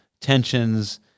tensions